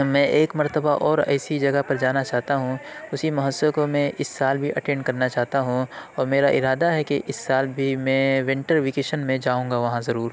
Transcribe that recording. میں ایک مرتبہ اور ایسی جگہ پر جانا چاہتا ہوں اسی مہوتسو کو میں اس سال بھی اٹینڈ کرنا چاہتا ہوں اور میرا ارادہ ہے کہ اس سال بھی میں ونٹر ویکیشن میں جاؤں گا وہاں ضرور